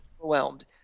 overwhelmed